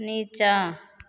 नीचाँ